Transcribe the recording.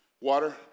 water